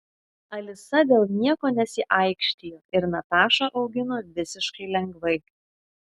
alisa dėl nieko nesiaikštijo ir natašą augino visiškai lengvai